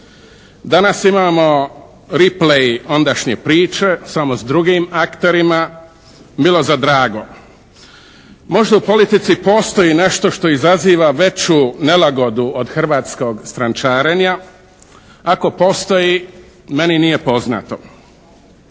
Danas imamo "replay" ondašnje priče samo s drugim akterima, milo za drago. Možda u politici postoji nešto što izaziva veću nelagodu od hrvatskog strančarenja. Ako postoji meni nije poznato.